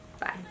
bye